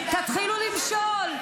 --- תתחילו למשול.